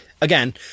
again